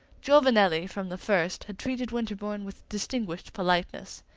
giovanelli, from the first, had treated winterbourne with distinguished politeness.